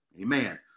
amen